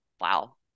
Wow